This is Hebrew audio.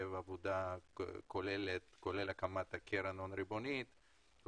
כולל הקמת קרן ההון הריבונית,